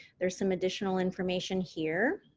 there's some additional information here,